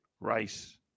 rice